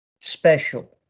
special